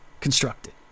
constructed